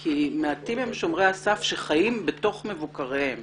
כי מעטים הם שומרי הסף שחיים בתוך מבוקריהם